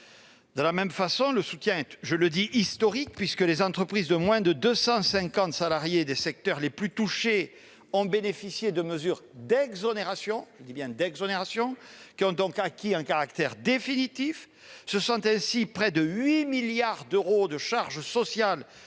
le plan social, le soutien est historique puisque les entreprises de moins de 250 salariés des secteurs les plus touchés ont bénéficié de mesures d'exonération qui ont donc acquis un caractère définitif. Ce sont ainsi près de 8 milliards d'euros de charges sociales qui